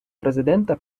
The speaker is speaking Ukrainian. президента